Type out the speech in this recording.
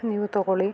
ನೀವು ತಗೋಳಿ